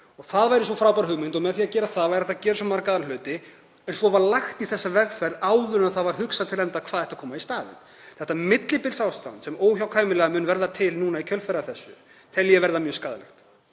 og það væri svo frábær hugmynd og með því að gera það væri hægt að gera svo marga hluti. En svo var lagt í þessa vegferð áður en það var hugsað til enda hvað ætti að koma í staðinn. Það millibilsástand sem óhjákvæmilega mun verða til í kjölfarið á þessu tel ég að verði mjög skaðlegt.